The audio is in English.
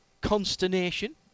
consternation